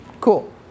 cool